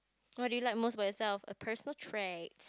what do you like most about yourself a personal trait